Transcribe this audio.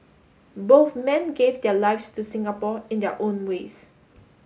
both men gave their lives to Singapore in their own ways